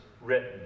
written